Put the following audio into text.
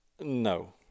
No